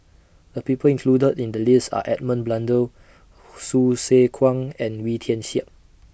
The People included in The list Are Edmund Blundell Hsu Tse Kwang and Wee Tian Siak